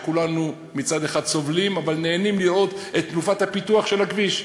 וכולנו מצד אחד סובלים אבל נהנים לראות את תנופת הפיתוח של הכביש.